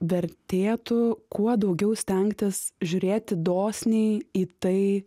vertėtų kuo daugiau stengtis žiūrėti dosniai į tai